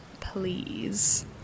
please